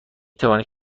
توانید